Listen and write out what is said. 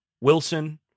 Wilson